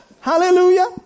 Hallelujah